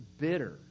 bitter